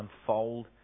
unfold